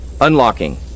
unlocking